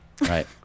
Right